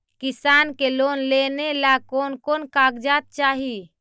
किसान के लोन लेने ला कोन कोन कागजात चाही?